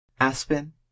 Aspen